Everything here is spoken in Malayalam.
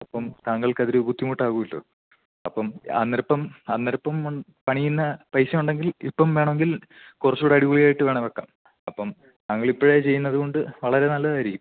അപ്പം താങ്കൾക്കതൊരു ബുദ്ധിമുട്ടാകുമല്ലോ അപ്പം അന്നേരം അപ്പം അന്നേരം അപ്പം വന്ന് പണിയുന്ന പൈസയുണ്ടെങ്കിൽ ഇപ്പം വേണമെങ്കിൽ കുറച്ചുകൂടെ അടിപൊളിയായിട്ട് വേണെൽ വെക്കാം അപ്പം താങ്കളിപ്പഴേ ചെയ്യുന്നത് കൊണ്ട് വളരെ നല്ലതായിരിക്കും